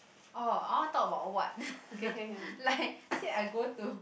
oh I want talk about what like say I go to